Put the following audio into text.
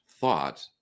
thought